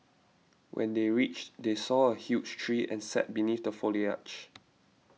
when they reached they saw a huge tree and sat beneath the foliage